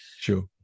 Sure